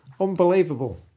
unbelievable